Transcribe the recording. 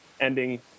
ending